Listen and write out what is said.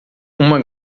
uma